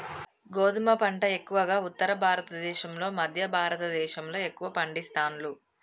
గోధుమ పంట ఎక్కువగా ఉత్తర భారత దేశం లో మధ్య భారత దేశం లో ఎక్కువ పండిస్తాండ్లు